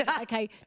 Okay